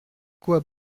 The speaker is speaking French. quoi